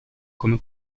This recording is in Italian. come